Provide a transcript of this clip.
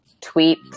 tweet